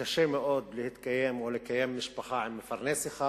שקשה מאוד להתקיים או לקיים משפחה עם מפרנס אחד.